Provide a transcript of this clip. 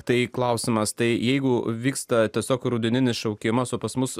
tai klausimas tai jeigu vyksta tiesiog rudeninis šaukimas o pas mus